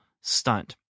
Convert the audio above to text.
stunt